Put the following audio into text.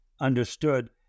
understood